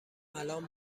الان